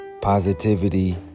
positivity